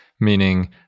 meaning